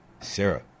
Sarah